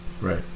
Right